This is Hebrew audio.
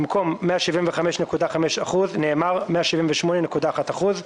(1)במקום "175.5%" נאמר "178.1%".